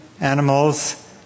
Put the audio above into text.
animals